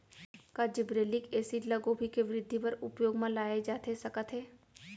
का gibberellic acid ल गोभी के वृद्धि बर उपयोग म लाये जाथे सकत हे?